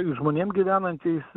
žmonėm gyvenančiais